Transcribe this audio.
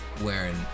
wearing